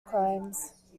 crimes